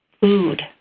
food